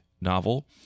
novel